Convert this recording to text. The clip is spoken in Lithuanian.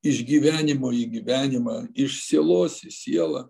iš gyvenimo į gyvenimą iš sielos į sielą